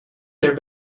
their